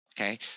okay